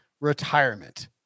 retirement